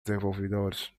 desenvolvedores